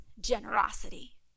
generosity